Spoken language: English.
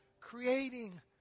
creating